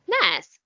Nice